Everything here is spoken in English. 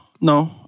no